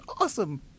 awesome